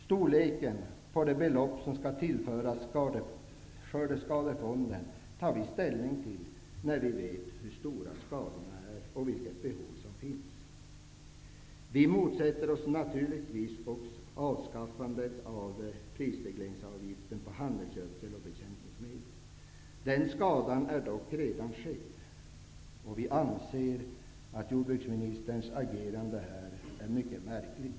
Storleken på det belopp som skall tillföras Skördeskadefonden skall vi ta ställning till när vi vet hur stora skadorna är och vilket behov som finns. Vi motsätter oss naturligtvis avskaffandet av prisregleringsavgiften på handelsgödsel och bekämpningsmedel. Den skadan är dock redan skedd, och vi anser att jordbruksministerns agerande är mycket märkligt.